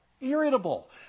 Irritable